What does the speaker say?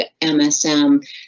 MSM